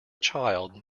child